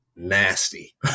nasty